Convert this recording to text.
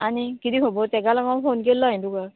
आनी किदें खबर ताका लागोन फोन केल्लो हांयें तुका